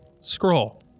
scroll